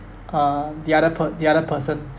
uh the other per the other person